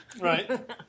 Right